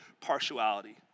partiality